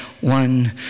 one